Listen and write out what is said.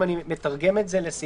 אם אני מתרגם את זה לסעיפים,